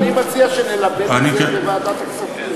אני מציע שנלבן את זה בוועדת הכספים.